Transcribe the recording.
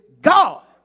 God